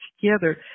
together